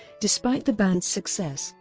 despite the band's success,